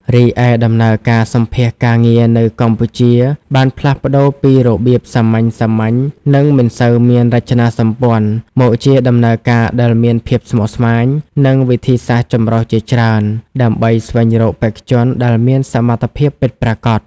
រីឯដំណើរការសម្ភាសន៍ការងារនៅកម្ពុជាបានផ្លាស់ប្ដូរពីរបៀបសាមញ្ញៗ និងមិនសូវមានរចនាសម្ព័ន្ធ មកជាដំណើរការដែលមានភាពស្មុគស្មាញ និងវិធីសាស្រ្តចម្រុះជាច្រើន ដើម្បីស្វែងរកបេក្ខជនដែលមានសមត្ថភាពពិតប្រាកដ។